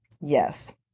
Yes